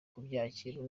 kubyakira